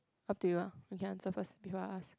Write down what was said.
up to you lah okay I answer first before I ask